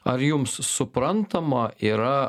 ar jums suprantama yra